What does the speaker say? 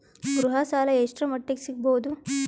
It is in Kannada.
ಗೃಹ ಸಾಲ ಎಷ್ಟರ ಮಟ್ಟಿಗ ಸಿಗಬಹುದು?